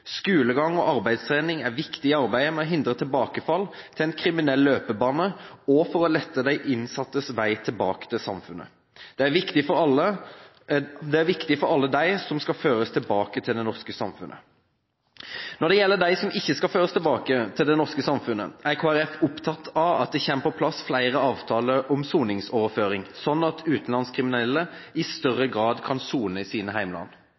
Skolegang og arbeidstrening er viktig i arbeidet med å hindre tilbakefall til en kriminell løpebane og for å lette de innsattes vei tilbake til samfunnet. Det er viktig for alle dem som skal føres tilbake til det norske samfunnet. Når det gjelder de som ikke skal føres tilbake til det norske samfunnet, er Kristelig Folkeparti opptatt av at det kommer på plass flere avtaler om soningsoverføring, slik at utenlandske kriminelle i større grad kan sone i sine